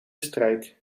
strijk